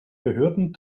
behörden